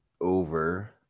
over